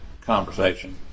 conversation